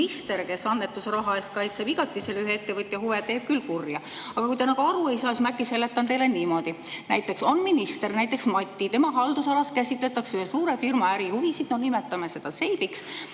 kes annetusraha eest kaitseb igati selle ühe ettevõtja huve, teeb küll kurja. Kui te sellest aru ei saa, siis ma äkki seletan teile niimoodi. Näiteks on minister Mati, tema haldusalas käsitletakse ühe suure firma ärihuvisid, no nimetame seda Seibiks.